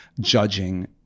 judging